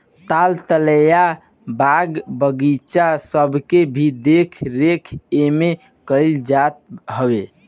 ताल तलैया, बाग बगीचा सबके भी देख रेख एमे कईल जात हवे